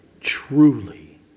truly